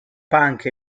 punk